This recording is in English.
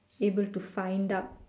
able to find out